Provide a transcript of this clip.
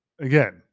Again